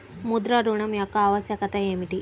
ముద్ర ఋణం యొక్క ఆవశ్యకత ఏమిటీ?